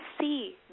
see